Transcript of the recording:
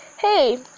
hey